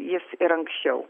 jis ir anksčiau